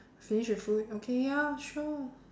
finish with food okay ya sure